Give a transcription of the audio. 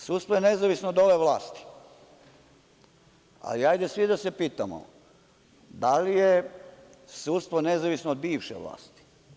Sudstvo je nezavisno od ove vlasti, ali hajde svi da se pitamo, da li je sudstvo nezavisno od bivše vlasti?